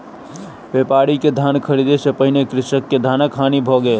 व्यापारी के धान ख़रीदै सॅ पहिने कृषक के धानक हानि भ गेल